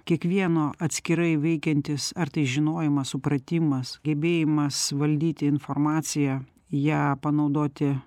kiekvieno atskirai veikiantis ar tai žinojimas supratimas gebėjimas valdyti informaciją ją panaudoti